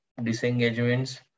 disengagements